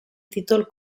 títol